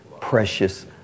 precious